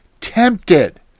tempted